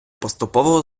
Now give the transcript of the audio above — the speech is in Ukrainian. поступово